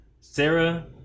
Sarah